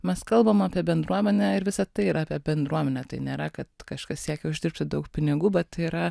mes kalbam apie bendruomenę ir visa tai yra apie bendruomenę tai nėra kad kažkas siekia uždirbti daug pinigų bet tai yra